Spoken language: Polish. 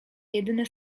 jedyne